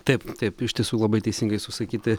taip taip iš tiesų labai teisingai susakyti